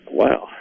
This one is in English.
wow